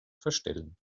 verstellen